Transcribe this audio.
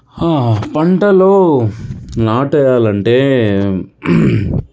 పంటలు నాటు వేయాలంటే